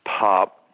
pop